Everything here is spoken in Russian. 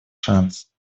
шанс